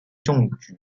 中举